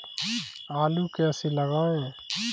आलू कैसे लगाएँ?